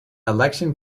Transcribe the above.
election